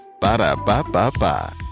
Ba-da-ba-ba-ba